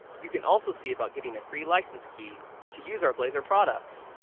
you can also see about getting a free license key to use our blazor products,